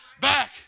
back